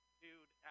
dude